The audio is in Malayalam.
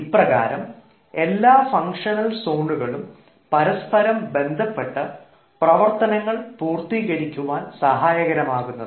ഇപ്രകാരം എല്ലാ ഫംഗ്ഷണൽ സോണുകളും പരസ്പരം ബന്ധപ്പെട്ട് പ്രവർത്തനങ്ങൾ പൂർത്തീകരിക്കുവാൻ സഹായകമാകുന്നത്